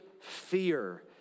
fear